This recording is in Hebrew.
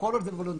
כל עוד זה וולנטרי,